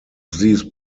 these